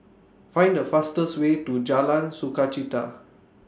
Find The fastest Way to Jalan Sukachita